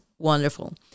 Wonderful